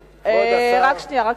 היושבת-ראש, כבוד השר, רק שנייה.